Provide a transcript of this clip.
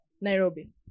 nairobi